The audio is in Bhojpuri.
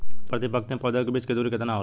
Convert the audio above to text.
प्रति पंक्ति पौधे के बीच की दूरी केतना होला?